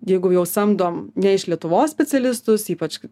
jeigu jau samdom ne iš lietuvos specialistus ypač